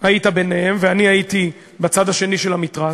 היית ביניהם ואני הייתי בצד השני של המתרס,